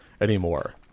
anymore